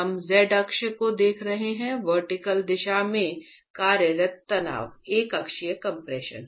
हम z अक्ष को देख रहे हैं वर्टिकल दिशा में कार्यरत तनाव एक अक्षीय कम्प्रेसिव